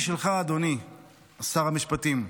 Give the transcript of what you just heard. הגיבוי שלך, אדוני שר המשפטים,